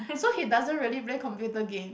so he doesn't really play computer game